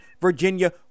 Virginia